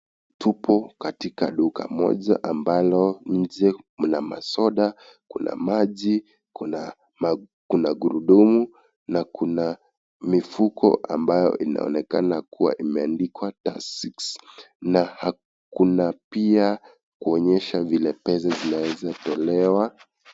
Tupo katika duka moja ambalo nje mna masoda, kuna maji, kuna gurudumu na kuna mifuko ambayo inaonekana kuwa imeandikwa (cs)Tuskys(cs) na kuna pia kuonyesha vile pesa zinaweza tolewa.